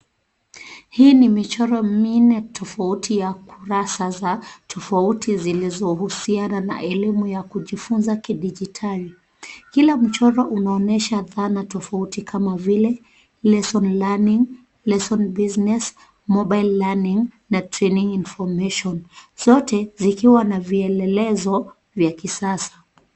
Hii ni michoro minne tofauti ya kurasa za tofauti zilizohusiana na elimu ya kujifunza kidijitali. Kila michoro unaonyesha dhana tofauti kama vile lesson learning, lesson business, mobile learning na training information . Zote zikiwa na vielelezo vya kisasa.